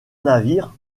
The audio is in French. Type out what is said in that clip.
navire